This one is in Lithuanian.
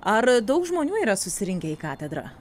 ar daug žmonių yra susirinkę į katedrą